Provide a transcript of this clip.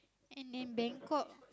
and then Bangkok